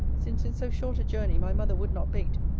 since in so short a journey my mother would not bait,